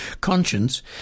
conscience